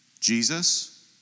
Jesus